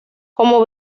como